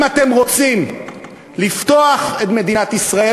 אם אתם רוצים לפתוח את מדינת ישראל,